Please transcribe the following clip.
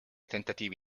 tentativi